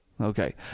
Okay